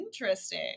interesting